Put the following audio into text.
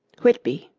whitby.